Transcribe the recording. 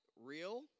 real